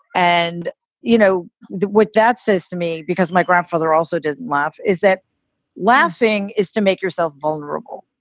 and you know what that says to me because my grandfather also does laugh is that laughing is to make yourself vulnerable.